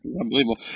Unbelievable